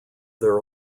their